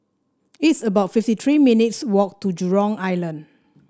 it's about fifty three minutes' walk to Jurong Island